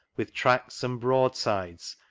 with tracts and broadsides,